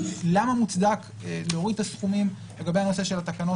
למה מוצדק להוריד את הסכומים לגבי הנושא של תקנות